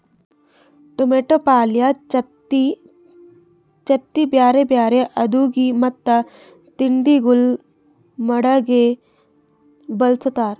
tomato ಪಲ್ಯ, ಚಟ್ನಿ, ಬ್ಯಾರೆ ಬ್ಯಾರೆ ಅಡುಗಿ ಮತ್ತ ತಿಂಡಿಗೊಳ್ ಮಾಡಾಗ್ ಬಳ್ಸತಾರ್